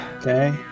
Okay